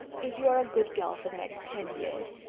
if you are a good girl for the next ten years,